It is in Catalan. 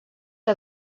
que